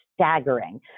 staggering